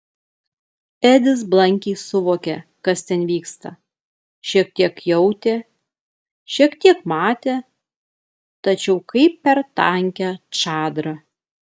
edis blankiai suvokė kas ten vyksta šiek tiek jautė šiek tiek matė tačiau kaip per tankią čadrą